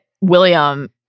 William